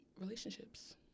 relationships